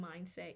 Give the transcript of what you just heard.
mindset